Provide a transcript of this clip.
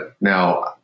now